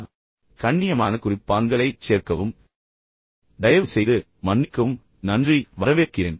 நான் சொன்னது போல் எப்போதும் இந்த கண்ணியமான குறிப்பான்களைச் சேர்க்கவும் தயவுசெய்து மன்னிக்கவும் நன்றி வரவேற்கிறேன்